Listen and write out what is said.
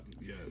Yes